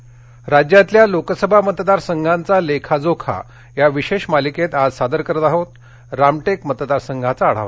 मतदारसंघ रामटेक राज्यातल्या लोकसभा मतदार संघांचा लेखा जोखा या विशेष मालिकेत आज सादर करत आहोत रामटेक मतदारसंघाचा आढावा